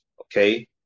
Okay